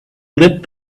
lit